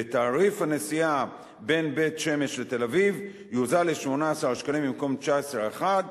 ותעריף הנסיעה בין בית-שמש לתל-אביב יוזל ל-18 שקלים במקום 19.1,